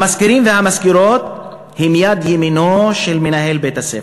המזכירים והמזכירות הם יד ימינו של מנהל של בית-הספר,